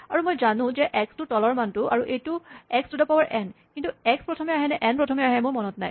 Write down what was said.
আৰু মই জানো যে এক্সটো তলৰ মানটো আৰু এইটো x to the power n কিন্তু এক্স প্ৰথমে আহে নে এন প্ৰথমে আহে মোৰ মনত নাই